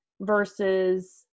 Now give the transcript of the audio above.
versus